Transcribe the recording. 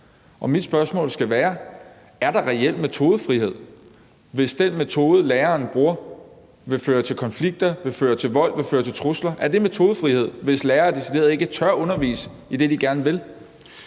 Mit spørgsmål skal være: Er der reelt metodefrihed, hvis den metode, læreren bruger, vil føre til konflikter, vold eller trusler? Er det metodefrihed, hvis lærere decideret ikke tør undervise i det, de gerne vil?